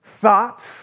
thoughts